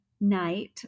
night